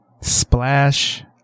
Splash